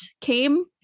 came